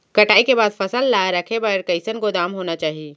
कटाई के बाद फसल ला रखे बर कईसन गोदाम होना चाही?